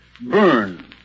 burn